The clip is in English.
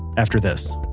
after this